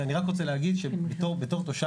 ואני רק רוצה להגיד שאני בתור תושב,